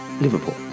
Liverpool